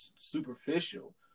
superficial